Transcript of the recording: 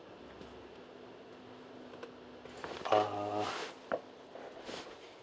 uh